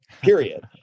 period